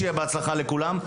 שיהיה בהצלחה לכולם,